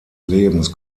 lebens